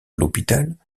l’hôpital